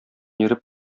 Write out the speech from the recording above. йөреп